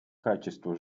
качества